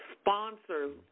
Sponsors